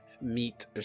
meat